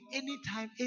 anytime